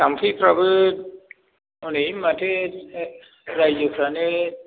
जाम्फैफ्राबो हनै माथो रायजोफ्रानो